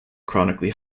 chronically